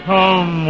Come